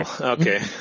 Okay